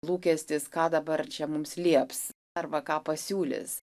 lūkestis ką dabar čia mums lieps arba ką pasiūlys